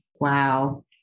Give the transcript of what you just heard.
Wow